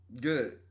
good